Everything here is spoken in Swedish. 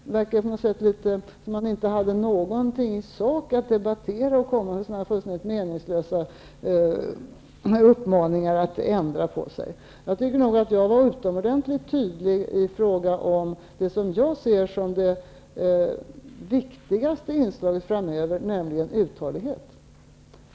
Det verkar på något sätt som om man inte hade någonting i sak att debattera, när man kommer med fullständigt meningslösa uppmaningar att vi skall ändra på oss. Jag tycker nog att jag var utomordentligt tydlig i fråga om det som jag ser som det viktigaste inslaget framöver, nämligen uthållighet.